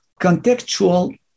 contextual